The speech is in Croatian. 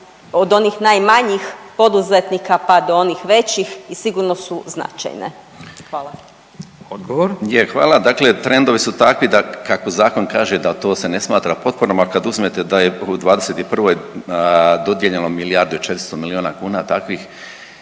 od onih najmanjih poduzetnika pa do onih većih i sigurno su značajne? Hvala. **Radin, Furio (Nezavisni)** Odgovor. **Zrinušić, Zdravko** Je hvala. Trendovi su takvi kako zakon kaže da to se ne smatra potporom, a kad uzmete da je u '21. dodijeljeno milijardu i 400 milijuna kuna takvih